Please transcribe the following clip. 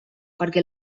perquè